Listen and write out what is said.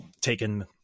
taken